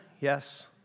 yes